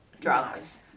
drugs